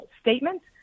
statements